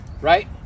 Right